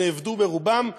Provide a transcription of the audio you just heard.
שנאבדו ברובם,